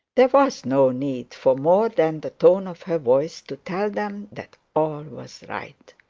there was no need for more than the tone of her voice to tell them that all was right.